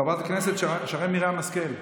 חברת הכנסת שרן מרים השכל,